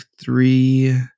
three